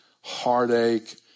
heartache